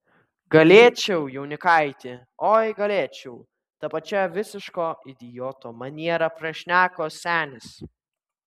galėčiau jaunikaiti oi galėčiau ta pačia visiško idioto maniera prašneko senis